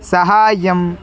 सहाय्यम्